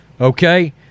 Okay